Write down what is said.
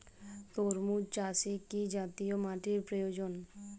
তরমুজ চাষে কি জাতীয় মাটির প্রয়োজন?